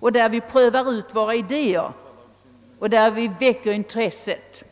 område där vi prövar idéer och försöker väcka intresset.